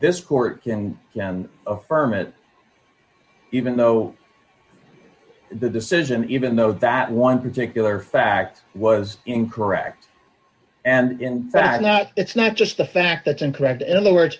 this court can affirm it even though the decision even though that one particular fact was incorrect and in fact not it's not just the fact that's incorrect in other words